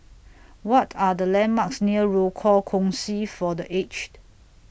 What Are The landmarks near Rochor Kongsi For The Aged